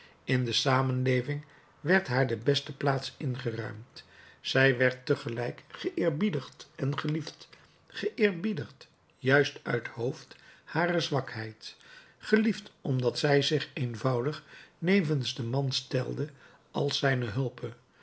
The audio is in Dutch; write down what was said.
in de zamenleving werd haar de beste plaats ingeruimd zij werd tegelijk geëerbiedigd en geliefd geëerbiedigd juist uit hoofd harer zwakheid geliefd omdat zij zich eenvoudig nevens den man stelde als zijne hulpe